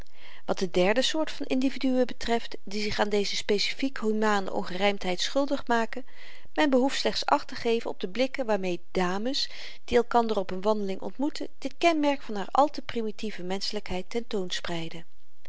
wat de derde soort van individuen betreft die zich aan deze specifiek humane ongerymdheid schuldig maken men behoeft slechts acht te geven op de blikken waarmee dames die elkander op n wandeling ontmoeten dit kenmerk van haar al te primitieve